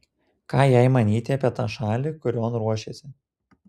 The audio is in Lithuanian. ką jai manyti apie tą šalį kurion ruošiasi